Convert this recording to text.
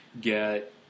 get